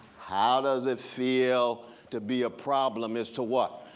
how does it feel to be a problem as to what?